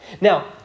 Now